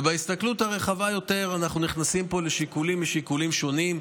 ובהסתכלות הרחבה יותר אנחנו נכנסים פה לשיקולים משיקולים שונים.